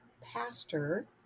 pastor